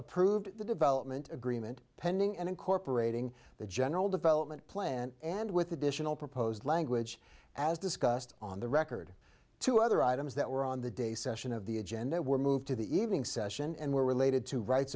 approved the development agreement pending and incorporating the general development plan and with additional proposed language as discussed on the record two other items that were on the day session of the agenda were moved to the evening session and were related to rights